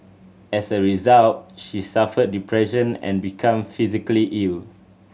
as a result she suffered depression and become physically ill